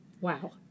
Wow